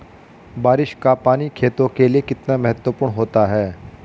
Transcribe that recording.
बारिश का पानी खेतों के लिये कितना महत्वपूर्ण होता है?